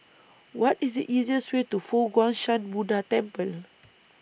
What IS The easiest Way to Fo Guang Shan Buddha Temple